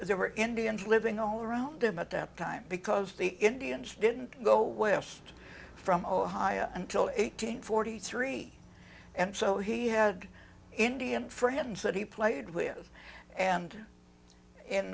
there were indians living all around him at that time because the indians didn't go west from ohio until eighteen forty three and so he had indian friends that he played with and in